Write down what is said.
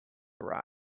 arrive